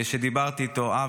שדיברתי איתו בטלפון,